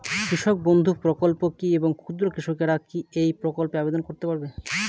কৃষক বন্ধু প্রকল্প কী এবং ক্ষুদ্র কৃষকেরা কী এই প্রকল্পে আবেদন করতে পারবে?